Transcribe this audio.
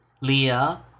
Leah